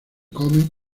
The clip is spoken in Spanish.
comen